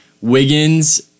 Wiggins